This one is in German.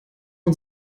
und